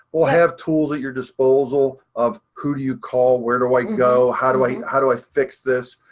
we'll have tools at your disposal of who do you call, where do i and go, how do i how do i fix this?